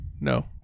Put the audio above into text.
No